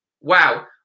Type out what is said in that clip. wow